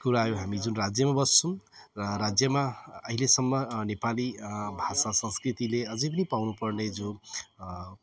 कुरा आयो हामी जुन राज्यमा बस्छौँ र राज्यमा अहिलेसम्म नेपाली भाषा संस्कृतिले अझै पनि पाउनुपर्ने जो